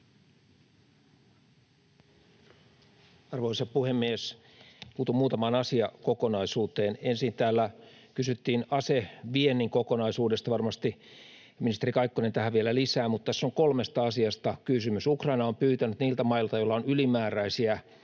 Arvoisa puhemies! Puutun muutamaan asiakokonaisuuteen. Ensin täällä kysyttiin aseviennin kokonaisuudesta, ja varmasti ministeri Kaikkonen tähän vielä lisää, mutta tässä on kolmesta asiasta kysymys. Ukraina on pyytänyt apua niiltä mailta, jolla on ylimääräistä